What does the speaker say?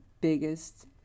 biggest